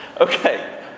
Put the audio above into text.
Okay